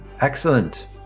Excellent